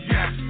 Yes